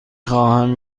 خواهم